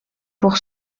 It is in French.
pour